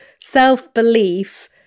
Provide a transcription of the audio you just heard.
self-belief